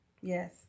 Yes